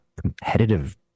competitive